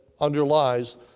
underlies